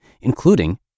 including